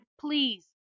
Please